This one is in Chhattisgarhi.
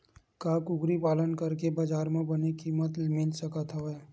का कुकरी पालन करके बजार म बने किमत मिल सकत हवय?